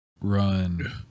run